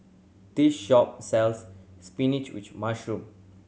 this shop sells spinach with mushroom